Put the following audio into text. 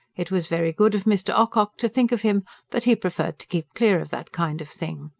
it was very good of mr. ocock to think of him but he preferred to keep clear of that kind of thing.